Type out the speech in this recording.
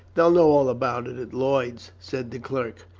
they'll know all about it at lloyd's, said the clerk.